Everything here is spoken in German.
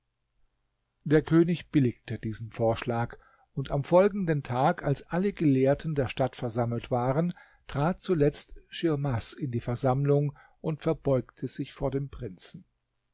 der könig billigte diesen vorschlag und am folgenden tag als alle gelehrten der stadt versammelt waren trat zuletzt schimas in die versammlung und verbeugte sich vor dem prinzen